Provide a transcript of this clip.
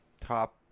Top